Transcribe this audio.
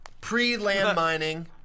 pre-landmining